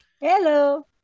Hello